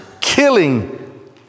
killing